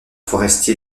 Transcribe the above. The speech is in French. forestier